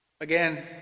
Again